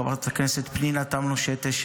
חברת הכנסת פנינה תמנו שטה,